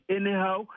anyhow